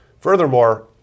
Furthermore